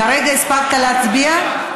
כרגע הספקת להצביע?